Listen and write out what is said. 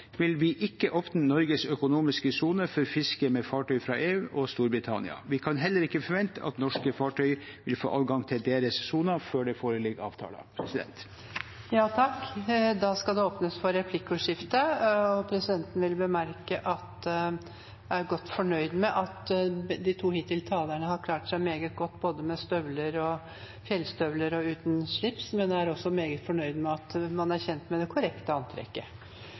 vil vi ikke åpne Norges økonomiske sone for fiske med fartøy fra EU og Storbritannia. Vi kan heller ikke forvente at norske fartøy vil få adgang til deres soner før det foreligger avtaler. Presidenten vil bemerke at hun er godt fornøyd med at de to talerne har klart seg meget godt både med fjellstøvler og uten slips, men hun er også meget fornøyd med at man er kjent med det korrekte antrekket.